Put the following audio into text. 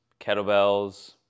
kettlebells